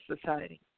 society